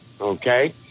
Okay